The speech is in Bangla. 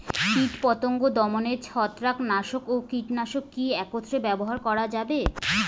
কীটপতঙ্গ দমনে ছত্রাকনাশক ও কীটনাশক কী একত্রে ব্যবহার করা যাবে?